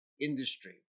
industry